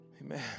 Amen